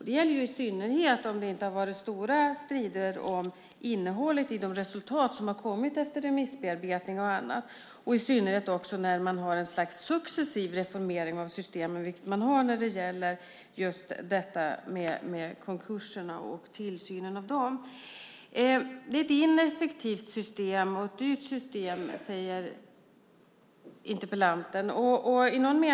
Det gäller i synnerhet om det inte har varit stora strider om innehållet i de resultat som har kommit efter remissbearbetning och annat. När det gäller konkurser och tillsyn av dem har man också en successiv reformering av systemen. Systemet är ineffektivt och dyrt, säger interpellanten.